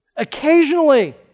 Occasionally